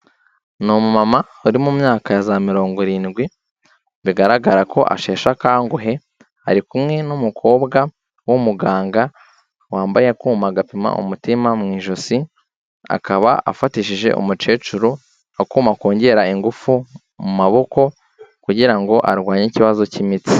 Ni umumama uri mu myaka ya za mirongo irindwi, bigaragara ko asheshe akanguhe, ari kumwe n'umukobwa w'umuganga wambaye akuma gapima umutima mu ijosi, akaba afatishije umukecuru akuma kongera ingufu mu maboko, kugira ngo arwanye ikibazo cy'imitsi.